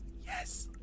Yes